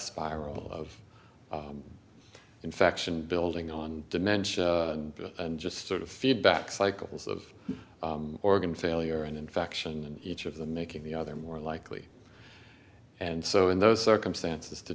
spiral of infection building on dimension and just sort of feedback cycles of organ failure and infection and each of them making the other more likely and so in those circumstances to